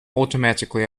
automatically